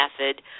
Method